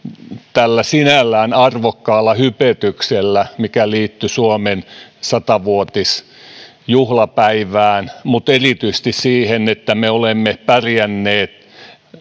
tällä sinällään arvokkaalla hypetyksellä mikä liittyi suomen sata vuotisjuhlapäivään mutta erityisesti siihen että me olemme pärjänneet